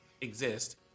exist